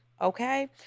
okay